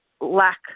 lack